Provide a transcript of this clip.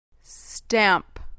Stamp